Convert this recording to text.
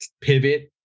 pivot